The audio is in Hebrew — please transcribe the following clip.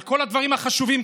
על כל הדברים החשובים,